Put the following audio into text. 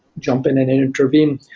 jump in and intervene.